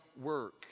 work